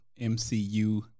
MCU